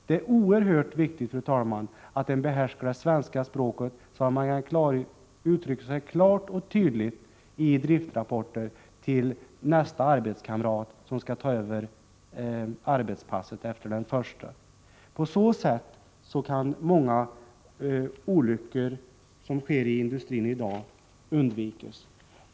Det är oerhört viktigt, fru talman, att man behärskar svenska språket, så att man kan uttrycka sig klart och tydligt i driftrapporter till den arbetskamrat som skall ta över i nästa arbetspass. På så sätt kan många olyckor som nu sker i industrin undvikas.